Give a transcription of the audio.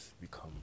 become